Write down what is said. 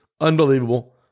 Unbelievable